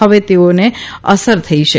હવે તેઓને અસર થઈ છે